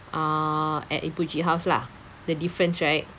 uh at ibu cik house lah the difference right